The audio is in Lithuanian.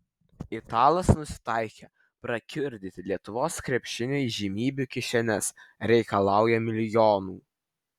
italas nusitaikė prakiurdyti lietuvos krepšinio įžymybių kišenes reikalauja milijonų